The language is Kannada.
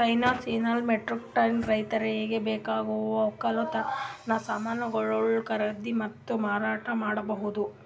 ಫೈನಾನ್ಸಿಯಲ್ ಮಾರ್ಕೆಟ್ದಾಗ್ ರೈತರಿಗ್ ಬೇಕಾಗವ್ ವಕ್ಕಲತನ್ ಸಮಾನ್ಗೊಳು ಖರೀದಿ ಮತ್ತ್ ಮಾರಾಟ್ ಮಾಡ್ಬಹುದ್